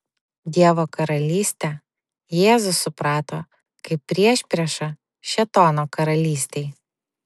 dievo karalystę jėzus suprato kaip priešpriešą šėtono karalystei